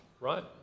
right